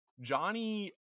Johnny